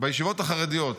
בישיבות החרדיות.